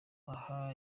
aha